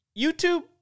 YouTube